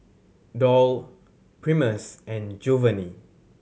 Doyle Primus and Jovanny